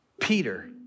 Peter